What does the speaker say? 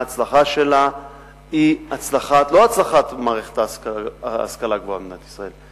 ההצלחה שלה היא לא הצלחת מערכת ההשכלה הגבוהה במדינת ישראל,